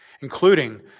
including